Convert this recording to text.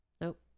Nope